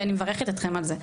ואני מברכת אתכם על זה.